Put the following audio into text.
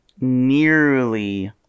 nearly